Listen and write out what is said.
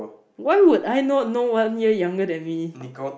why would I not know one year younger than me